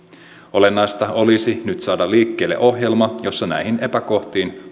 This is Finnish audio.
olennaista olisi nyt saada liikkeelle ohjelma jossa näihin epäkohtiin